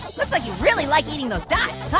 looks like you really like eating those dots, huh?